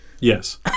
Yes